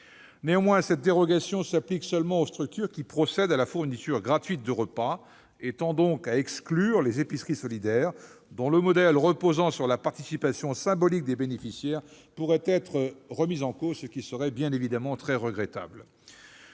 Néanmoins, cette dérogation s'applique seulement aux structures « qui procèdent à la fourniture gratuite de repas », et tend donc à exclure les épiceries solidaires, dont le modèle reposant sur la participation symbolique des bénéficiaires pourrait être remis en cause, ce qui serait très regrettable.